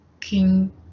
king